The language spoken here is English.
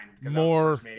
More